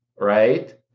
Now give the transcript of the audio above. right